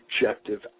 objective